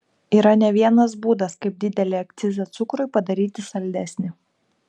yra ne vienas būdas kaip didelį akcizą cukrui padaryti saldesnį